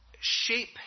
shape